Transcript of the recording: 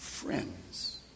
friends